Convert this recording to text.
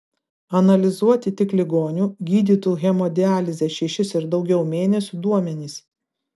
analizuoti tik ligonių gydytų hemodialize šešis ir daugiau mėnesių duomenys